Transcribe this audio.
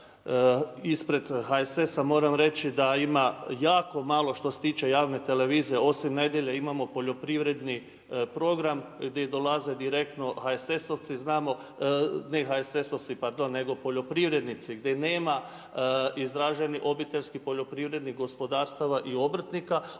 ispred HSS-a moram reći da ima jaku malo što se tiče javne televizije osim nedjelje imamo poljoprivredni program gdje dolaze direktno HSS-ovci, ne HSS-ovci pardon nego poljoprivrednici gdje nema izraženi obiteljskih poljoprivrednih gospodarstava i obrtnika